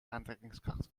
aantrekkingskracht